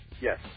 Yes